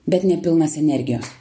bet ne pilnas energijos